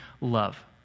love